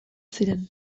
ziren